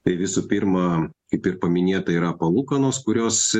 tai visų pirma kaip ir paminėta yra palūkanos kurios